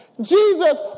Jesus